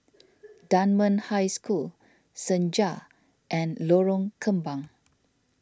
Dunman High School Senja and Lorong Kembang